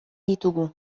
ditugu